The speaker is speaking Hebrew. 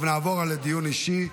טוב, נעבור לדיון אישי.